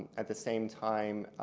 at the same time,